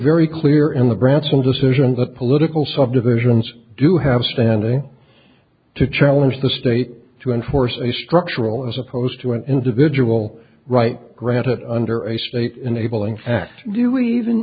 very clear in the branson decision that political subdivisions do have standing to challenge the state to enforce a structural as opposed to an individual right granted under a state enabling act do we even